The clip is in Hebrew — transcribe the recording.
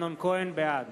בעד